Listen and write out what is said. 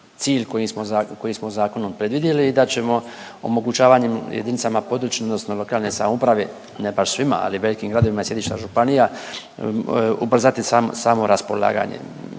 koji smo zakonom predvidjeli i da ćemo omogućavanjem jedinicama područne odnosno lokalne samouprave, ne baš svima ali velikim gradovima i sjedišta županija, ubrzati sam, samo raspolaganje.